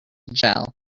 gel